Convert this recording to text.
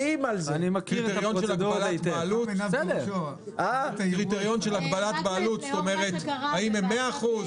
אחד של הגבלת בעלות, כלומר האם הם 100%,